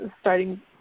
starting